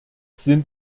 sind